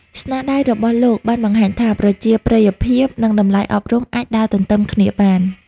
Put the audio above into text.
ស្នាដៃរបស់លោកបានបង្ហាញថា ប្រជាប្រិយភាព និងតម្លៃអប់រំអាចដើរទន្ទឹមគ្នាបាន។